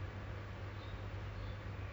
you got direct transport to town [what]